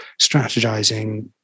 strategizing